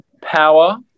Power